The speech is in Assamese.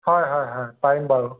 হয় হয় হয় পাৰিম বাৰু